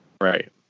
Right